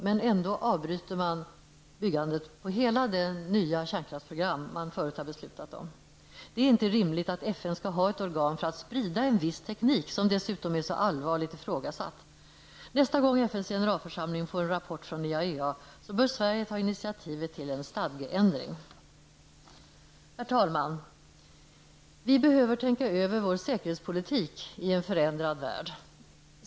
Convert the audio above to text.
Man avbryter ändå byggandet av hela det nya kärnkraftprogram som man förut har beslutat om. Det är inte rimligt att FN skall ha ett organ för att sprida en viss teknik, som dessutom är så allvarligt ifrågasatt. Nästa gång FNs generalförsamling får en rapport från IAEA bör Sverige ta initiativet till en stadgeändring. Herr talman! Vi behöver tänka över vår säkerhetspolitik i en förändrad värld.